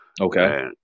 Okay